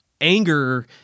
anger